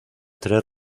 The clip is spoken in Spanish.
tres